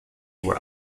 were